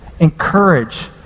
Encourage